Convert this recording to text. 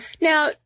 Now